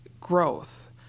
growth